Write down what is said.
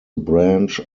branch